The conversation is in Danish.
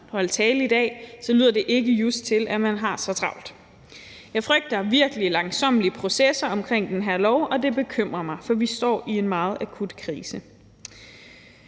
holde tale i dag, lyder det ikke just til, at man har så travlt. Jeg frygter virkelig langsommelige processer omkring den her lov, og det bekymrer mig, for vi står i en meget akut krise.